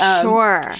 sure